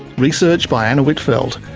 research by anna whitfeld,